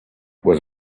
was